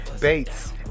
Bates